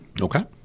Okay